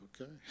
okay